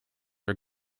are